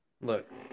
Look